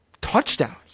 touchdowns